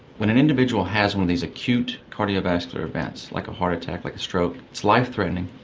when an individual has one of these acute cardiovascular events, like a heart attack, like a stroke, it's life-threatening,